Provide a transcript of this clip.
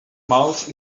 mouse